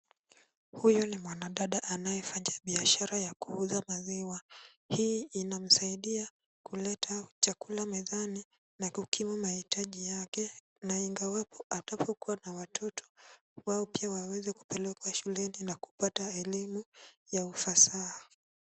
Huyu ni mwanadada anayefanya biashara ya kuuza maziwa. Hii inamsaidia kuleta chakula mezani na kukimu mahitaji yake na ingawapo atakapokuwa na watoto wao pia waweze kupelekwa shuleni na kupata elimu kwa ufasaha.